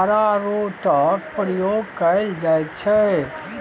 अरारोटक प्रयोग कएल जाइत छै